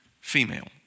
female